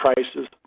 prices